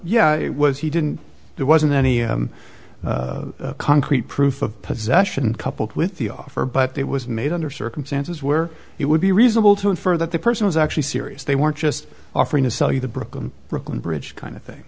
yeah it was he didn't there wasn't any concrete proof of possession coupled with the offer but it was made under circumstances where it would be reasonable to infer that the person was actually serious they weren't just offering to sell you the brooklyn bridge kind of thing